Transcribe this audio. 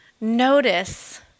notice